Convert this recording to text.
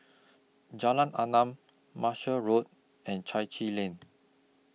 Jalan Enam Marshall Road and Chai Chee Lane